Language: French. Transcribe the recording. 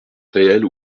réelle